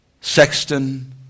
sexton